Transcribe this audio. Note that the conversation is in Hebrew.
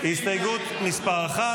יסמין פרידמן,